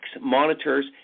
monitors